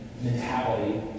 mentality